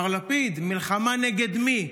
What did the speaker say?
מר לפיד, מלחמה נגד מי?